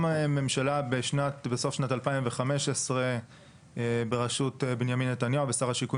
הממשלה בסוף שנת 2015 בראשות בנימין נתניהו ושר השיכון